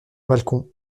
balcon